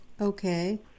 Okay